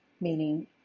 meaning